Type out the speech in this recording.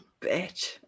bitch